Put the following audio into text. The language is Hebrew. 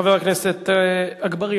חבר הכנסת עפו אגבאריה,